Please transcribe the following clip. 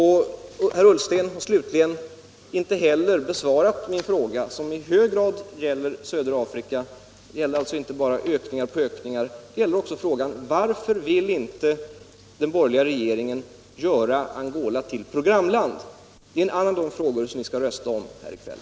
Herr Ullsten har heller inte besvarat min fråga: Varför vill inte den borgerliga regeringen göra Angola till programland? Det är en annan av de frågor som vi skall rösta om här i kväll.